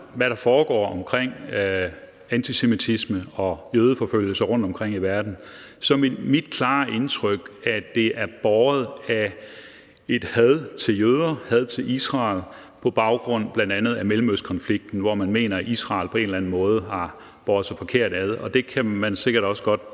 hvad der foregår af antisemitisme og jødeforfølgelser rundtomkring i verden, er mit klare indtryk, at det er båret af et had til jøder, had til Israel på baggrund af bl.a. mellemøstkonflikten, hvor man mener at Israel på en eller anden måde har båret sig forkert ad, og det kan man sikkert også godt